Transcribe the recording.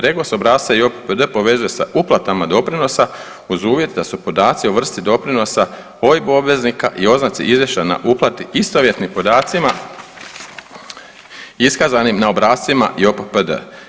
REGOS obrasca i JOPPD povezuje sa uplatama doprinosa uz uvjet da su podaci o vrsti doprinosa OIB obveznika i oznaci izvješena na uplati istovjetni podacima iskazanim na obrascima JOPPD.